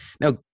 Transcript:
Now